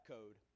Code